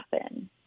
happen